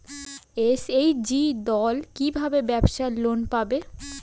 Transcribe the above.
SHG দল কী ভাবে ব্যাবসা লোন পাবে?